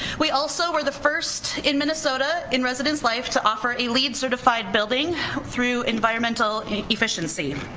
we also were the first in minnesota, in residence life, to offer a leed certified building through environmental efficiency.